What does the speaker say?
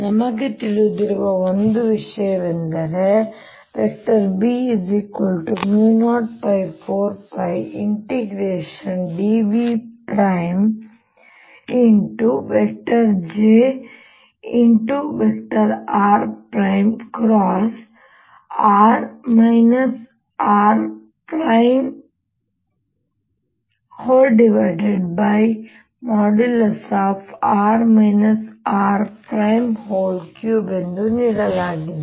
ನಮಗೆ ತಿಳಿದಿರುವ ಒಂದು ವಿಷಯವೆಂದರೆ B04πdVjr×r rr r3 ಎಂದು ನೀಡಲಾಗಿದೆ